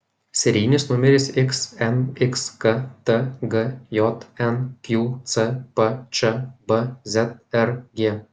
serijinis numeris xnxk tgjn qcpč bzrg